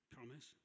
Promise